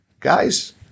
Guys